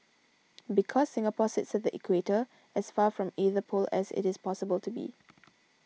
because Singapore sits at the equator as far from either pole as it is possible to be